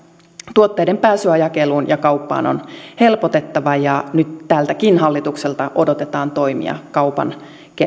tuotteiden pääsyä jakeluun ja kauppaan on helpotettava ja nyt tältäkin hallitukselta odotetaan toimia kaupan